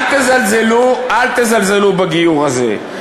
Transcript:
אל תזלזלו בגיור הזה.